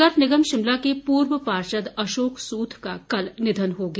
नगर निगम शिमला के पूर्व पार्षद अशोक सूद का कल निधन हो गया